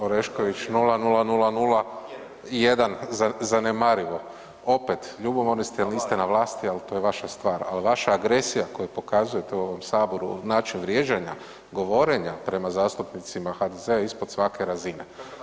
Orešković, 0,0001, zanemarivo, opet, ljubomorni ste jer niste na vlasti, ali to je vaša stvar, ali vaša agresija koju pokazujete u ovom Saboru, način vrijeđanja, govorenja prema zastupnicima HDZ-a je ispod svake razine.